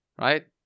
right